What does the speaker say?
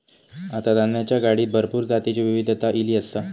आता धान्याच्या गाडीत भरपूर जातीची विविधता ईली आसा